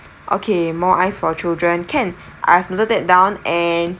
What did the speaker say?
okay more ice for children can I've noted that down and